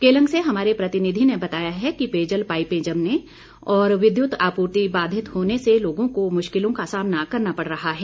केलांग से हमारे प्रतिनिधि ने बताया है कि पेयजल पाईपें जमने और विद्यत आपूर्ति बाधित होने से लोगों को मुश्किलों का सामना करना पड़ रहा है